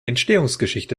entstehungsgeschichte